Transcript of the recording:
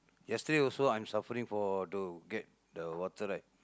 yesterday also I'm suffering for to get the water right